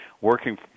working